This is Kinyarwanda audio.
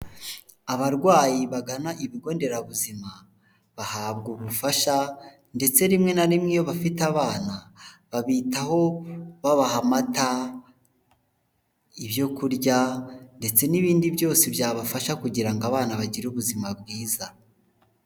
Abarwayi bagana ibigo nderabuzima, bahabwa ubufasha ndetse rimwe na rimwe iyo bafite abana, babitaho babaha amata, ibyo kurya ndetse n'ibindi byose byabafasha, kugira ngo abana bagire ubuzima bwiza.